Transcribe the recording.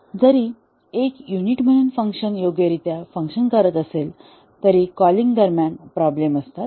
जरी एक युनिट म्हणून फंक्शन्स योग्यरित्या फंक्शन करत असले तरी कॉलिंग दरम्यान प्रॉब्लेम असतात